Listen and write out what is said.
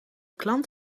klant